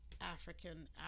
African